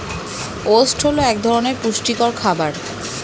oats হল এক ধরনের পুষ্টিকর খাবার